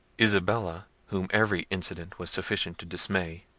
isabella, whom every incident was sufficient to dismay,